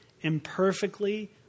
imperfectly